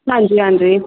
ਹਾਂਜੀ ਹਾਂਜੀ